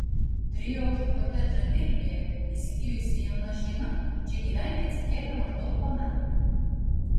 trijų aukštų kotedžą vilniuje įsigijusi jauna šeima čia gyventi atsikėlė maždaug po metų